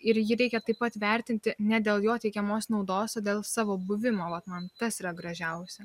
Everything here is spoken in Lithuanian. ir jį reikia taip pat vertinti ne dėl jo teikiamos naudos o dėl savo buvimo vat man tas yra gražiausia